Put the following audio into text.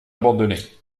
abandonné